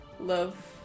Love